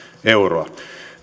euroa